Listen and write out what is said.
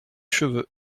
cheveux